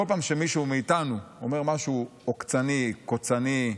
בכל פעם שמישהו מאיתנו אומר משהו עוקצני, קוצני,